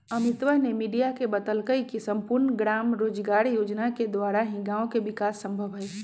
अमितवा ने मीडिया के बतल कई की सम्पूर्ण ग्राम रोजगार योजना के द्वारा ही गाँव के विकास संभव हई